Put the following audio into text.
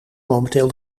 momenteel